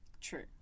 true